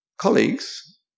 colleagues